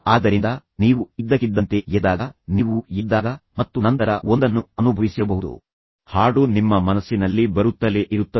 ಆದ್ದರಿಂದ ನೀವು ಇದ್ದಕ್ಕಿದ್ದಂತೆ ಎದ್ದಾಗ ನೀವು ಎದ್ದಾಗ ಮತ್ತು ನಂತರ ಒಂದನ್ನು ಅನುಭವಿಸಿರಬಹುದು ಹಾಡು ನಿಮ್ಮ ಮನಸ್ಸಿನಲ್ಲಿ ಬರುತ್ತಲೇ ಇರುತ್ತದೆ